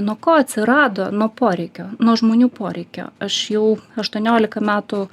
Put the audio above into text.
nuo ko atsirado nuo poreikio nuo žmonių poreikio aš jau aštuoniolika metų